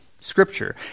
scripture